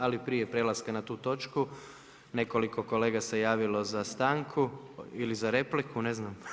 Ali prije prelaska na tu točku, nekoliko kolega se javilo za stanku ili za repliku, ne znam.